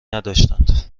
نداشتند